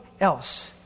else